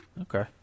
Okay